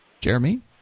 Jeremy